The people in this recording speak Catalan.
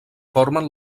formen